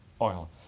oil